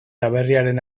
aberriaren